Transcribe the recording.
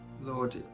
Lord